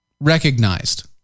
Recognized